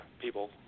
people